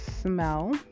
smell